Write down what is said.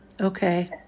Okay